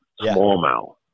smallmouth